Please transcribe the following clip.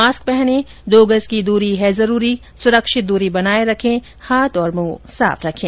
mask पहनें दो गज की दूरी है जरूरी सुरक्षित दूरी बनाए रखें हाथ और मुंह साफ रखें